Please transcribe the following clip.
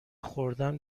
خوردن